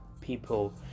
people